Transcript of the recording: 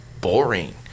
boring